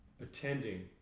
attending